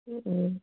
ꯎꯝ